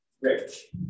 rich